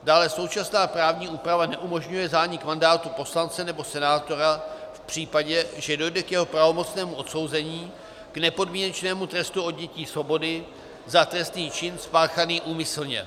Dále současná právní úprava neumožňuje zánik mandátu poslance nebo senátora v případě, že dojde k jeho pravomocnému odsouzení k nepodmínečnému trestu odnětí svobody za trestný čin spáchaný úmyslně.